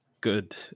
Good